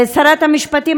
שרת המשפטים,